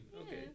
Okay